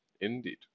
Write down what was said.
Indeed